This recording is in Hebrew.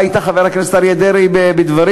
בא אתה חבר הכנסת אריה דרעי בדברים,